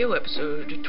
episode